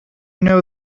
know